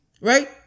Right